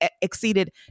exceeded